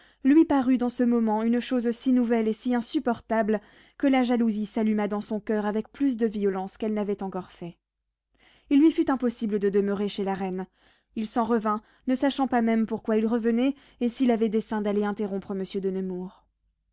lui parut dans ce moment une chose si nouvelle et si insupportable que la jalousie s'alluma dans son coeur avec plus de violence qu'elle n'avait encore fait il lui fut impossible de demeurer chez la reine il s'en revint ne sachant pas même pourquoi il revenait et s'il avait dessein d'aller interrompre monsieur de nemours